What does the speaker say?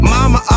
Mama